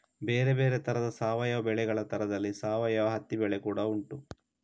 ಬೇರೆ ಬೇರೆ ತರದ ಸಾವಯವ ಬೆಳೆಗಳ ತರದಲ್ಲಿ ಸಾವಯವ ಹತ್ತಿ ಬೆಳೆ ಕೂಡಾ ಉಂಟು